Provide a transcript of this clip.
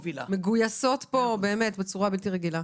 שמגויסים לזה בצורה בלתי רגילה.